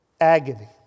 agony